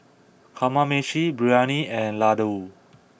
Kamameshi Biryani and Ladoo